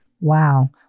Wow